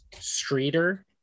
Streeter